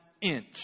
inch